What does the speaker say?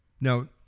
Now